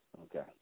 Okay